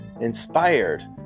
inspired